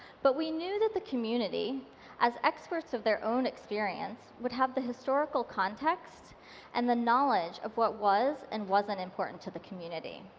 but we knew that the community as experts of their own experience would have the historical context and the knowledge of what was and what wasn't important to the community.